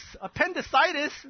Appendicitis